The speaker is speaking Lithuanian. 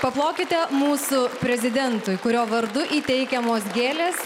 paplokite mūsų prezidentui kurio vardu įteikiamos gėlės